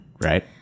right